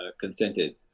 consented